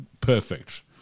perfect